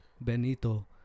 Benito